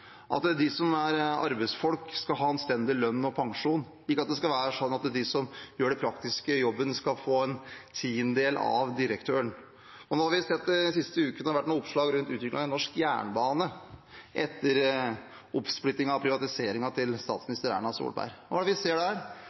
at de som er arbeidsfolk, skal ha anstendig lønn og pensjon, ikke at det skal være sånn at de som gjør det praktiske i jobben, skal få en tiendedel av det direktøren får. Nå har vi sett at det de siste ukene har vært oppslag om utviklingen i norsk jernbane etter oppsplittingen og privatiseringen til statsminister Erna Solberg. Og hva er det vi ser der?